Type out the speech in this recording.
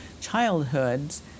childhoods